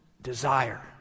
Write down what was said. desire